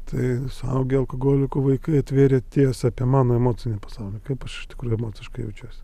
tai suaugę alkogolikų vaikai atvėrė tiesą apie mano emocinį pasaulį kaip aš iš tikrųjų emociškai jaučiuosi